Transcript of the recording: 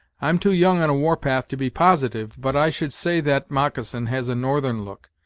i'm too young on a war-path to be positive, but i should say that moccasin has a northern look,